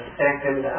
second